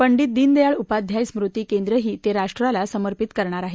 पंडित दीनदयाळ उपाध्याय स्मृती केंद्रही ते राष्ट्राला समर्पित करणार आहेत